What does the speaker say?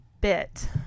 bit